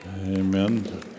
Amen